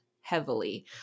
heavily